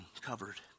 covered